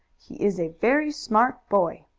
he is a very smart boy.